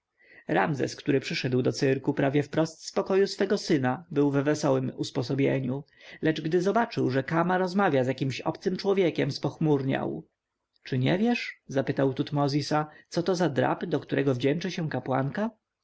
ramzes który przyszedł do cyrku prawie wprost z pokoju swego syna był w wesołem usposobieniu lecz gdy zobaczył że kama rozmawia z jakimś obcym człowiekiem spochmurniał czy nie wiesz zapytał tutmozisa co to za drab do którego wdzięczy